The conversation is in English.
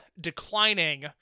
declining